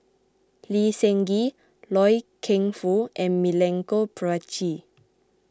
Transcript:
Lee Seng Gee Loy Keng Foo and Milenko Prvacki